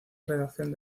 redacción